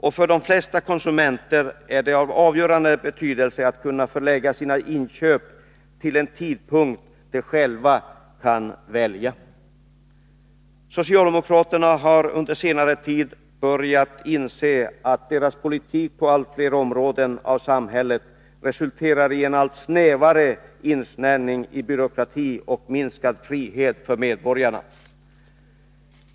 Och för de flesta konsumenter är det av avgörande betydelse att kunna förlägga sina inköp till en tidpunkt de själva kan välja. Socialdemokraterna har under senare tid börjat inse att deras politik på allt fler områden av samhället resulterar i en allt snävare insnärjning i byråkrati och minskad frihet för medborgarna.